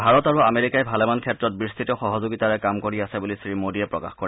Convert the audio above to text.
ভাৰত আৰু আমেৰিকাই ভালেমান ক্ষেত্ৰত বিস্তৃত সহযোগিতাৰে কাম কৰি আছে বুলিও শ্ৰীমোদীয়ে প্ৰকাশ কৰে